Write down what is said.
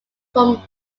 from